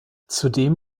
zudem